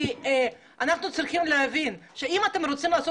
כי אנחנו צריכים להבין שאם אתם רוצים לעשות